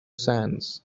sands